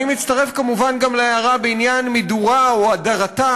אני מצטרף כמובן גם להערה בעניין מידורה או הדרתה